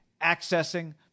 accessing